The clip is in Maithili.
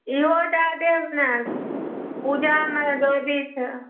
इहो दए देब ने पूजामे जरुरी छै